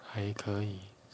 还可以